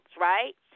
right